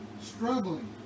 struggling